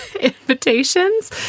invitations